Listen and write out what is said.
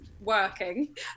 working